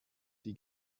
die